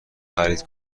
خرید